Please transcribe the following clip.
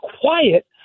quiet